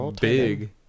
big